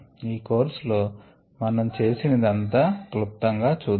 ఈ కోర్స్ లో మనము చేసినదంతా క్లుప్తం గా చూద్దాం